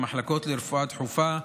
המחלקות לרפואה דחופה,